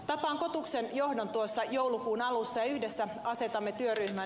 tapaan kotuksen johdon joulukuun alussa ja yhdessä asetamme työryhmän